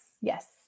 Yes